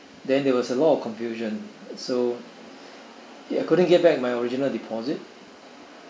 then there was a lot of confusion so I couldn't get back my original deposit